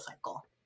cycle